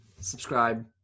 Subscribe